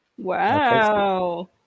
Wow